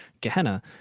Gehenna